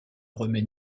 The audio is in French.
remet